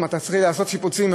אתה צריך לעשות שיפוצים,